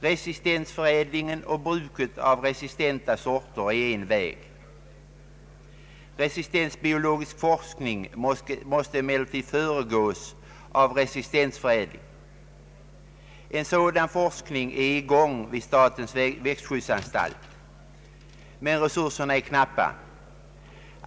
Resistensförädlingen och bruket av resistenta sorter är en väg. Resistensbiologisk forskning måste emellertid föregå resistensförädling. En sådan forskning är i gång vid statens växtskyddsanstalt, men resurserna är knappa.